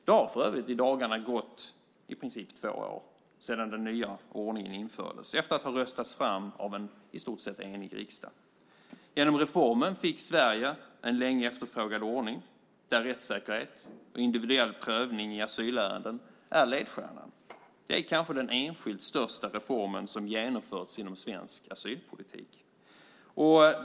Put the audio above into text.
Det har för övrigt i dagarna gått i princip två år sedan den nya ordningen infördes efter att ha röstats fram av en i stort sett enig riksdag. Genom reformen fick Sverige en länge efterfrågad ordning där rättssäkerhet och individuell prövning i asylärenden är ledstjärnan. Det är kanske den enskilt största reformen som genomförts inom svensk asylpolitik.